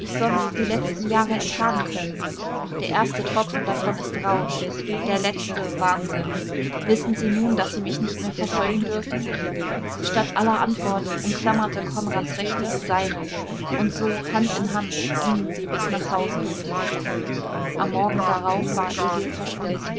die letzten jahre ertragen können der erste tropfen davon ist rausch der letzte wahnsinn wissen sie nun daß sie mich nicht mehr verfolgen dürfen statt aller antwort umklammerte konrads rechte die seine und so hand in hand gingen sie bis nach hause am morgen darauf war egil verschwunden